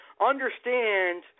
understand